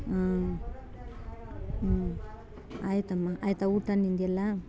ಹ್ಞೂ ಹ್ಞೂ ಆಯ್ತಮ್ಮ ಆಯ್ತ ಊಟ ನಿಂದೆಲ್ಲ